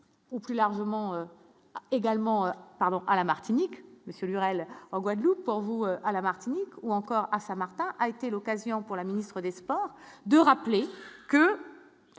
ou plus largement également pardon à la Martinique Monsieur Lurel en Guadeloupe pour vous à la Martinique, ou encore à Saint-Martin a été l'occasion pour la ministre des Sports. Et de rappeler que